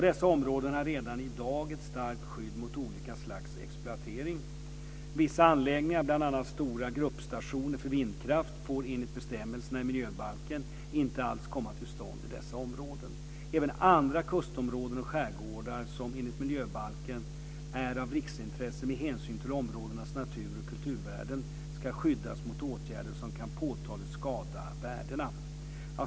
Dessa områden har redan i dag ett starkt skydd mot olika slags exploatering. Vissa anläggningar, bl.a. stora gruppstationer för vindkraft, får enligt bestämmelserna i miljöbalken inte alls komma till stånd i dessa områden. Även andra kustområden och skärgårdar som enligt miljöbalken är av riksintresse med hänsyn till områdenas natur och kulturvärden ska skyddas mot åtgärder som kan påtagligt skada värdena.